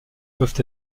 peuvent